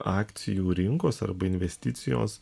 akcijų rinkos arba investicijos